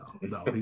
no